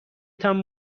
تان